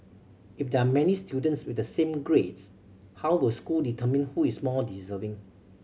if there are many students with the same grades how will school determine who is more deserving